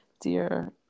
Dear